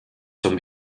zum